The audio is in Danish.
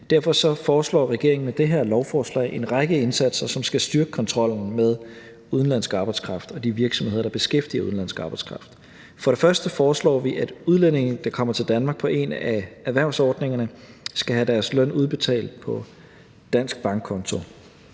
Derfor foreslår regeringen med det her lovforslag en række indsatser, som skal styrke kontrollen med udenlandsk arbejdskraft og de virksomheder, der beskæftiger udenlandsk arbejdskraft. For det første foreslår vi, at udlændinge, der kommer til Danmark på en af erhvervsordningerne, skal have deres løn udbetalt på en dansk bankkonto,